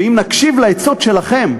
ואם נקשיב לעצות שלכם,